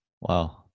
Wow